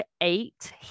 eight